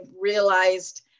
realized